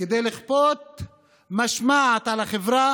כדי לכפות משמעת על החברה